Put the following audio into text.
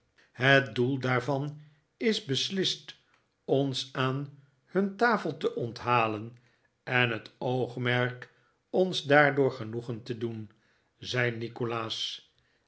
het doel daarvan is beslist ons aan hun tafel te onthalen en het oogmerk ons daardoor genoegen te doen zei nikolaas